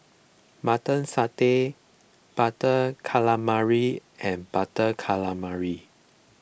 Mutton Satay Butter Calamari and Butter Calamari